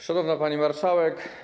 Szanowna Pani Marszałek!